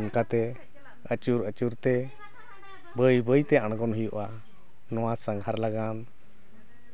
ᱚᱱᱠᱟ ᱛᱮ ᱟᱹᱪᱩᱨ ᱟᱹᱪᱩᱨᱛᱮ ᱵᱟᱹᱭ ᱵᱟᱹᱛᱮ ᱟᱬᱜᱚᱱ ᱦᱩᱭᱩᱜᱼᱟ ᱱᱚᱣᱟ ᱥᱟᱸᱜᱷᱟᱨ ᱞᱟᱜᱟᱱ